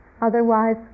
Otherwise